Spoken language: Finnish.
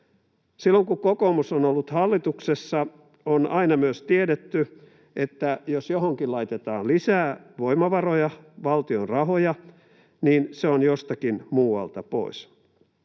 Silloin, kun kokoomus on ollut hallituksessa, on aina myös tiedetty, että jos johonkin laitetaan lisää voimavaroja, valtion rahoja, niin se on jostakin muualta pois.